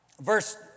verse